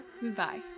Goodbye